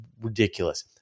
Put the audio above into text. ridiculous